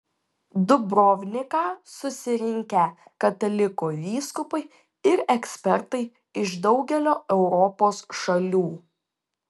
dubrovniką susirinkę katalikų vyskupai ir ekspertai iš daugelio europos šalių